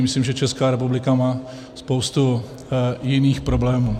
Myslím, že Česká republika má spoustu jiných problémů.